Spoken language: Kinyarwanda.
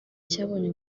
cyabonye